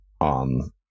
on